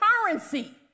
currency